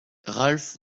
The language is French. ralph